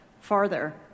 farther